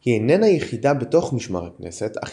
היא איננה יחידה בתוך משמר הכנסת אך